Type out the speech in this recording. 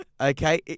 okay